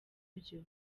vyo